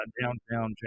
downtown